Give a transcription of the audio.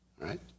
right